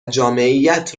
جامعیت